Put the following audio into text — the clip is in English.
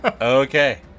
Okay